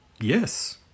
Yes